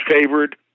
favored